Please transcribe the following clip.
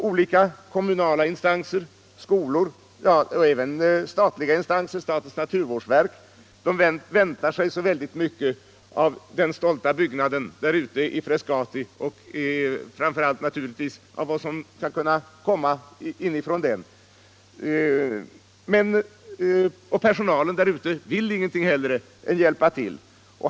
Olika kommunala instanser, skolor och även statliga instanser som statens naturvårdsverk väntar sig väldigt mycket av vad som skall komma från den stolta byggnaden ute i Frescati. Och personalen vill ingenting hellre än hjälpa till.